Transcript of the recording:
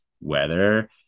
weather